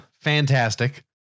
Fantastic